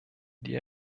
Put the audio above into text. die